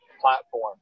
platform